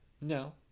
No